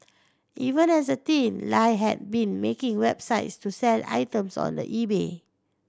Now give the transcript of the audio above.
even as a teen Lie had been making websites to sell items on the eBay